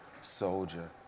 soldier